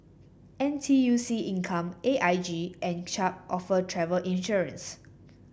N T U C Income A I G and Chubb offer travel insurance